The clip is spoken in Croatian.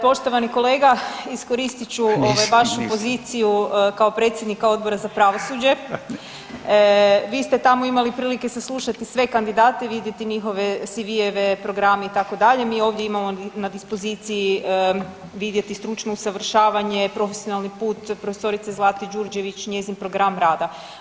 Poštovani kolega iskoristit ću vašu poziciju kao predsjednika Odbora za pravosuđe, vi ste tamo imali prilike saslušati sve kandidate i vidjeti njihove CV-eve, programe itd., mi ovdje imamo na dispoziciji vidjeti stručno usavršavanje, profesionalni put prof. Zlate Đurđević, njezin program rada.